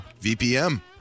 VPM